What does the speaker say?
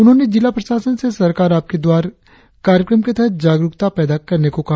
उन्होंने जिला प्रशासन से सरकार आपके द्वार कार्यक्रम के तहत जागरुकता पैदा करने को कहा